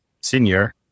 senior